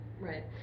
right